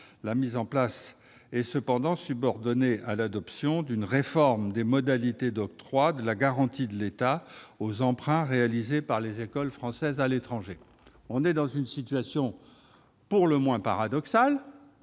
de ce dernier est cependant subordonnée à l'adoption d'une réforme des modalités d'octroi de la garantie de l'État aux emprunts réalisés par les écoles françaises de l'étranger. La situation est pour le moins paradoxale.